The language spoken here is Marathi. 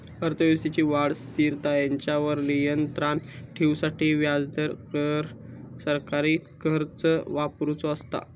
अर्थव्यवस्थेची वाढ, स्थिरता हेंच्यावर नियंत्राण ठेवूसाठी व्याजदर, कर, सरकारी खर्च वापरुचो असता